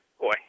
boy